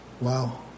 wow